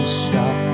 stop